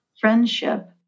friendship